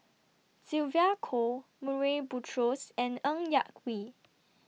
Sylvia Kho Murray Buttrose and Ng Yak Whee